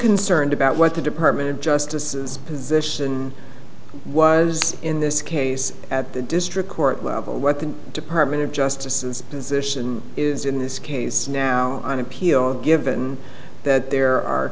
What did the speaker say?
concerned about what the department of justice its position was in this case at the district court level what the department of justice is and is in this case now on appeal given that there are